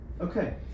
okay